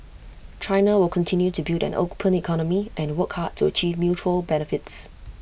China will continue to build an open economy and work hard to achieve mutual benefits